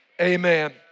Amen